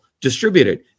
distributed